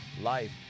life